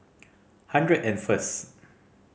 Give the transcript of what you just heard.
hundred and first